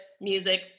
music